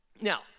Now